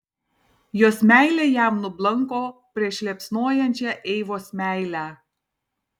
jos meilė jam nublanko prieš liepsnojančią eivos meilę